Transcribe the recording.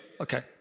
Okay